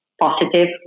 positive